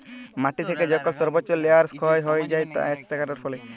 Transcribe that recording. মাটি থেকে যখল সর্বচ্চ লেয়ার ক্ষয় হ্যয়ে যায় গাছ কাটার ফলে